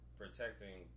protecting